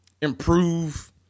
improve